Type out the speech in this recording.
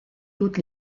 toute